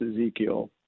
Ezekiel